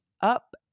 up